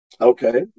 Okay